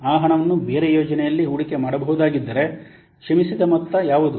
ಆ ಹಣವನ್ನು ಬೇರೆ ಯೋಜನೆಯಲ್ಲಿ ಹೂಡಿಕೆ ಮಾಡಬಹುದಾಗಿದ್ದರೆ ಕ್ಷಮಿಸಿದ ಮೊತ್ತ ಯಾವುದು